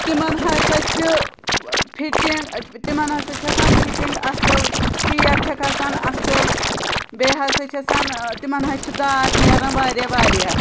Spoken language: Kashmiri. تِمَن ہَسا چھِ فِٹِنٛگ تِمَن ہَسا چھِ آسان فِٹِنٛگ اَصٕل ٹیب چھَکھ آسان اَصٕل بیٚیہِ ہَسا چھِ آسان تِمَن حظ چھِ دار نیران واریاہ واریاہ